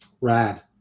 rad